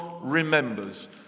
remembers